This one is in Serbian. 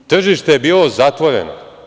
Tržište je bilo zatvoreno.